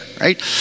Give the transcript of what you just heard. right